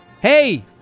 Hey